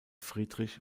friedrich